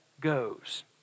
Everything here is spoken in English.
goes